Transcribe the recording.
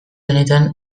honetan